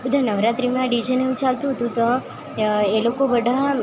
બધાં નવરાત્રીમાં ડીજેને એવું ચાલતું હતું તો એ લોકો બધાં